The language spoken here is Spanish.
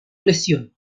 lesión